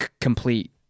complete